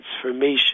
transformation